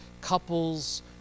couples